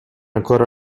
ancora